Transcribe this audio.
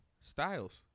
Styles